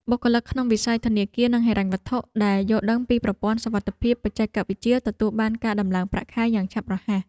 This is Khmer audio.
បុគ្គលិកក្នុងវិស័យធនាគារនិងហិរញ្ញវត្ថុ ដែលយល់ដឹងពីប្រព័ន្ធសុវត្ថិភាពបច្ចេកវិទ្យាទទួលបានការដំឡើងប្រាក់ខែយ៉ាងឆាប់រហ័ស។